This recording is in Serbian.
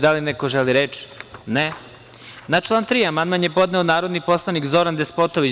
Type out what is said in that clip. Da li neko želi reč? (Ne.) Na član 3. amandman je podneo narodni poslanik Zoran Despotović.